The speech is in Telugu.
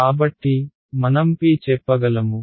కాబట్టి మనం p చెప్పగలము